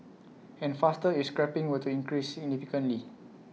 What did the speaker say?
and faster if scrapping were to increase significantly